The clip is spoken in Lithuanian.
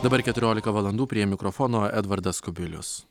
dabar keturiolika valandų prie mikrofono edvardas kubilius